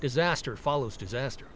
disaster follows disaster